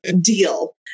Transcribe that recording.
deal